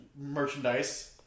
merchandise